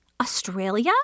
Australia